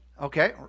Okay